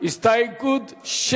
15 לא נתקבלה.